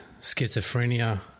schizophrenia